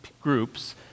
groups